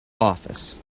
office